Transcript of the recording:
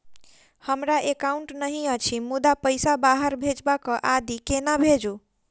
हमरा एकाउन्ट नहि अछि मुदा पैसा बाहर भेजबाक आदि केना भेजू?